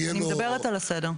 אני מדברת על הסדר.